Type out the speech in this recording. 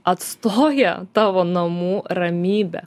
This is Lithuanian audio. atstoja tavo namų ramybę